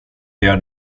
gör